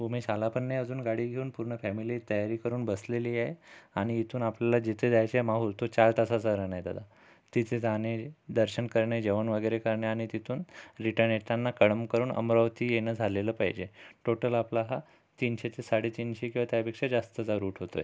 उमेश आला पण नाही अजून गाडी घेऊन पूर्ण फॅमिली तयारी करून बसलेली आहे आणि इथून आपल्याला जिथे जायचं आहे माहू तो चार तासाचा रन आहे दादा तिथे जाणे दर्शन करणे जेवण वगैरे करणे आणि तिथून रिटन येताना कळंब करून अमरावती येणं झालेलं पाहिजे टोटल आपला हा तीनशे ते साडेतीनशे किंवा त्यापेक्षा जास्तचा रूट होतोय